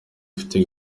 bifite